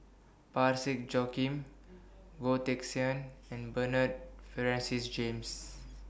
Parsick Joaquim Goh Teck Sian and Bernard Francis James